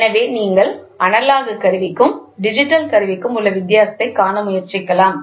எனவே நீங்கள் அனலாக் கருவிக்கும் டிஜிட்டல் கருவிக்கும் உள்ள வித்தியாசத்தைக் காண முயற்சிக்கலாம்